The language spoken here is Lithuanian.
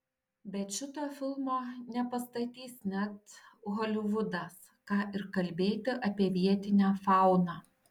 bet šito filmo nepastatys net holivudas ką ir kalbėti apie vietinę fauną